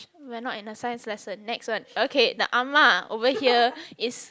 we're not in a science lesson next one okay the ah-ma over here is